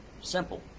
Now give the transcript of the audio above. simple